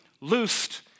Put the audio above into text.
loosed